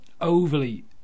overly